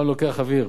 פה אני לוקח אוויר,